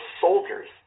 soldiers